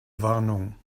warnung